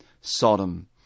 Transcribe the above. Sodom